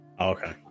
Okay